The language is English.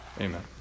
Amen